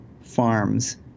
farms